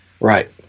Right